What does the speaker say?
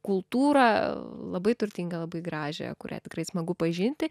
kultūrą labai turtingą labai gražią kurią tikrai smagu pažinti